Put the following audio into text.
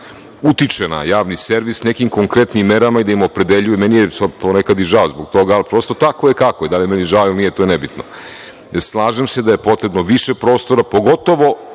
utiče na javni servi nekim konkretnim merama i da im opredeljuju, meni je nekad i žao zbog toga, prosto tako je kako, da li je meni žao ili nije, to je nebitno. Slažem se da je potrebno više prostora, pogotovo